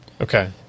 Okay